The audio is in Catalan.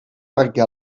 perquè